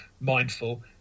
mindful